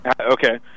okay